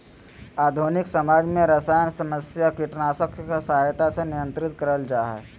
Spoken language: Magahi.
आधुनिक समाज में सरसायन समस्या कीटनाशक के सहायता से नियंत्रित करल जा हई